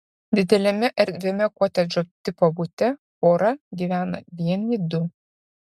dideliame erdviame kotedžo tipo bute pora gyvena vieni du